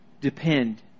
depend